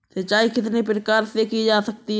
सिंचाई कितने प्रकार से की जा सकती है?